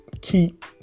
keep